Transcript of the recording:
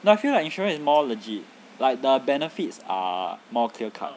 like I feel like insurance is more legit like the benefits are more clear cut